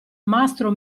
mastro